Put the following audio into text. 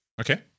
okay